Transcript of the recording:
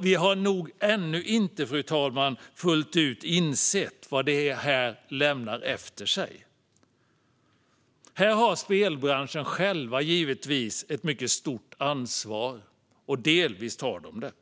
Vi har nog ännu inte, fru talman, fullt ut insett vad det här lämnar efter sig. Här har spelbranschen själv givetvis ett mycket stort ansvar, och delvis tar man det.